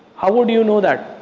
how would you know that?